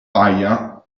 paglia